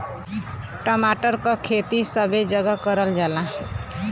टमाटर क खेती सबे जगह करल जाला